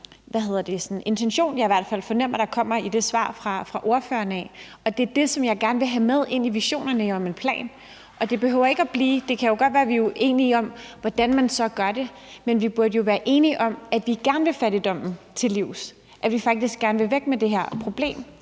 godt lide den intention, jeg i hvert fald fornemmer kommer i det svar fra ordføreren af, og det er det, som jeg gerne vil have med ind i visionerne om en plan. Det kan godt være, vi er uenige om, hvordan man så gør det, men vi burde jo være enige om, at vi gerne vil fattigdommen til livs, at vi faktisk gerne vil af med det her problem,